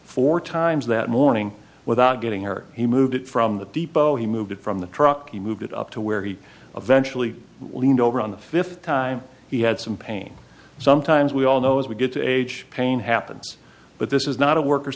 four times that morning without getting hurt he moved it from the depot he moved it from the truck he moved it up to where he eventually leaned over on the fifth time he had some pain sometimes we all know as we get age pain happens but this is not a worker